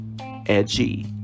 edgy